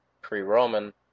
pre-Roman